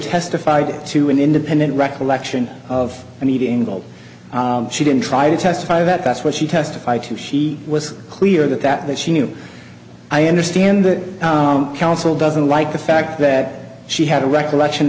testified to an independent recollection of and even though she didn't try to testify that that's what she testified to she was clear that that that she knew i understand that counsel doesn't like the fact that she had a recollection